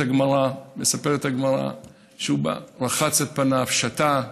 מספרת הגמרא שהוא בא, רחץ את פניו, שתה,